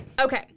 Okay